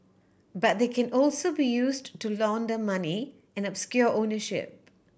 but they can also be used to launder money and obscure ownership